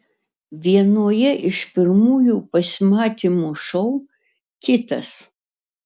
vienoje iš pirmųjų pasimatymų šou kitas